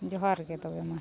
ᱡᱚᱦᱟᱨ ᱜᱮ ᱛᱚᱵᱮ ᱢᱟ